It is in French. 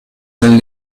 dans